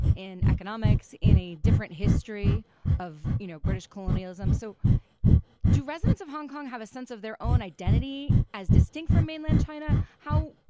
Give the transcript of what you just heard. in economics, in a different history of you know, british colonialism. so do residents of hong kong have a sense of their own identity as distinct from mainland china? how,